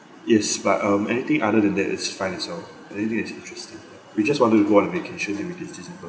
yes but um anything other than that is fine as well anything that's interesting we just wanted to go on vacation during this december